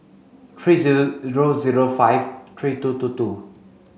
three zero zero zero five three two two two